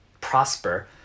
prosper